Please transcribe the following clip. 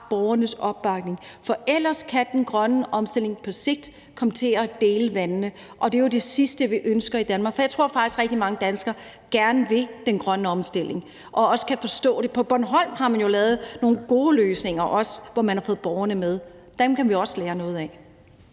borgernes opbakning, for ellers kan den grønne omstilling på sigt komme til at dele vandene, og det er jo det sidste, vi ønsker i Danmark. Jeg tror faktisk, at rigtig mange danskere gerne vil den grønne omstilling og også kan forstå det. På Bornholm har man jo lavet nogle gode løsninger, hvor man har fået borgerne med. Dem kan vi også lære noget af.